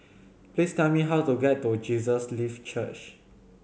please tell me how to get to Jesus Lives Church